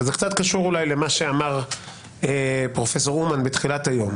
וזה קצת קשור אולי למה שאמר פרופ' אומן בתחילת היום.